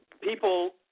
people